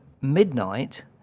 midnight